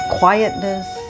quietness